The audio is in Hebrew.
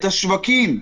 את השווקים,